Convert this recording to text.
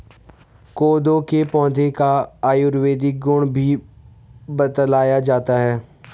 कोदो के पौधे का आयुर्वेदिक गुण भी बतलाया जाता है